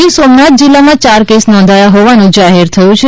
ગીર સોમનાથ જિલ્લામાં ચાર કેસ નોંધાયા હોવાનું જાહેર થયું છે